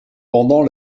pendant